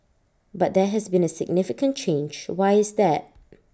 but there has been A significant change why is that